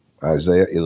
Isaiah